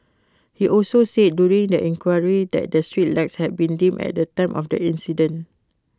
he also said during the inquiry that the street lights had been dim at the time of the accident